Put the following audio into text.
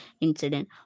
incident